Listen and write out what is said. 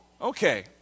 Okay